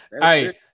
Hey